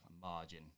margin